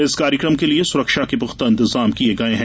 इस कार्यक्रम के लिये सुरक्षा के पुख्ता इंतजाम किये गये है